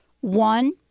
One